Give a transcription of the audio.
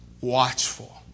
watchful